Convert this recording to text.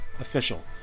official